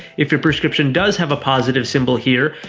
if your prescription does have a positive symbol here,